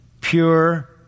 pure